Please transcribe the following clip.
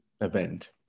event